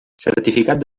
certificat